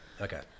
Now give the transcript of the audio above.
Okay